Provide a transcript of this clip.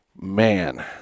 Man